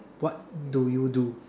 what do you do